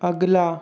अगला